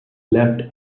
left